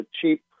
cheap